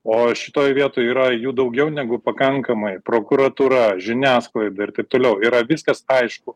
o šitoj vietoj yra jų daugiau negu pakankamai prokuratūra žiniasklaida ir taip toliau yra viskas aišku